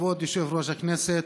כבוד יושב-ראש הכנסת,